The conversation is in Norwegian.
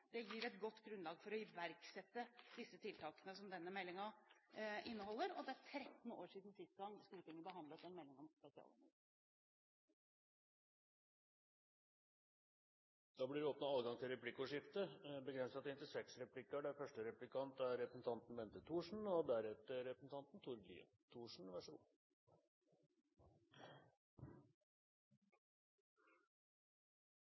Det gir et godt grunnlag for å iverksette de tiltakene som denne meldingen inneholder, og det er 13 år siden sist gang Stortinget behandlet en melding om spesialundervisning. Det blir replikkordskifte. Skolen skal bli et bedre sted å lære, ikke bare et sted å være. Det er